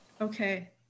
Okay